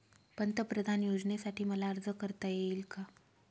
पंतप्रधान योजनेसाठी मला अर्ज करता येईल का?